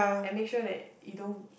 and make sure that you don't